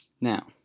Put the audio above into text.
Now